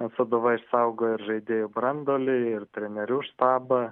o sūduva išsaugojo ir žaidėjų branduolį ir trenerių štabą